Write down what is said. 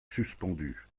suspendue